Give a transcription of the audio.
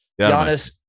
Giannis